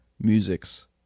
musics